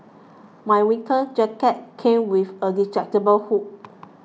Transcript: my winter jacket came with a detachable hood